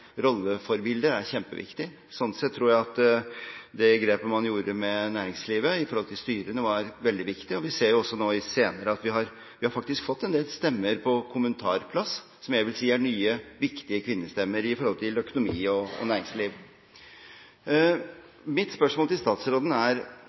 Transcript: – er kjempeviktig. Slik sett tror jeg at det grepet man gjorde med næringslivet i forbindelse med styrene, var veldig viktig. Vi har også senere faktisk fått en del stemmer på kommentarplass, som jeg vil si er nye, viktige kvinnestemmer med hensyn til økonomi og næringsliv. Mine spørsmål til statsråden er: Hva tenker hun kan være bakgrunnen for denne problemstillingen? Og